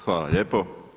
Hvala lijepo.